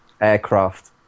aircraft